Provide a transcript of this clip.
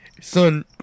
Son